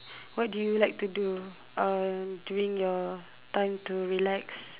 what do you like to do um during your time to relax